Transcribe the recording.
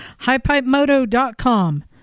Highpipemoto.com